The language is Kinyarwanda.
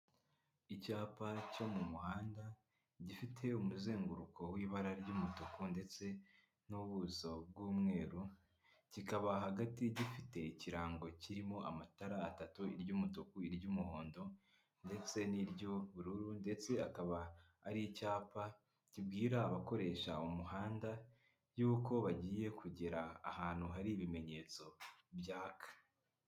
Icyapa cyo mu muhanda gifite umuzenguruko w'ibara ry'umutuku ndetse n'ubuso bw'umweru kikaba hagati gifite ikirango kirimo amatara atatu iry'umutuku iry'umuhondo ndetse n'iry'ubururu ndetse akaba ari icyapa kibwira abakoresha umuhanda yuko bagiye kugera ahantu hari ibimenyetso byaka.